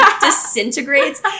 disintegrates